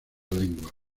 lengua